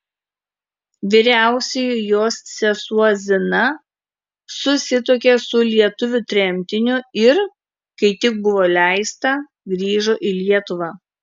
vyriausioji jos sesuo zina susituokė su lietuviu tremtiniu ir kai tik buvo leista grįžo į lietuvą